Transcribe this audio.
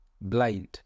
Blind